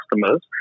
customers